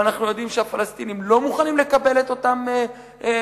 ואנחנו יודעים שהפלסטינים לא מוכנים לקבל את אותם מתיישבים.